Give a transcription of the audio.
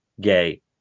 gay